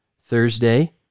Thursday